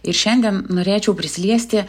ir šiandien norėčiau prisiliesti